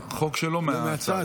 הצעת חוק לתיקון פקודת התעבורה (סימון מקום חניה לרכב חשמלי),